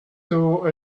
though